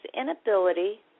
inability